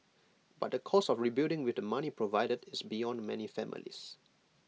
but the cost of rebuilding with the money provided is beyond many families